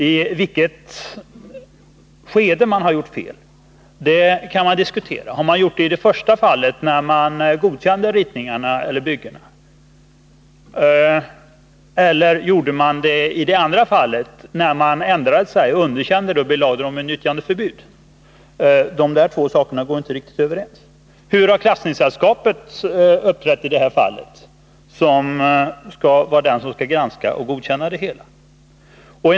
Det kan också diskuteras i vilket skede man har gjort fel. Har man gjort det i det första stadiet, dvs. när man godkände ritningarna eller byggena? Eller gjorde man det i det andra stadiet, dvs. när man ändrade sig och underkände dem och belade fartygen med nyttjandeförbud? De där två sakerna stämmer inte riktigt överens. Hur har klassningssällskapet, som skall granska och godkänna det hela, uppträtt i det här fallet?